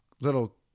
little